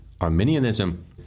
Arminianism